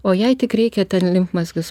o jei tik reikia ten limfmazgius